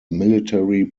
military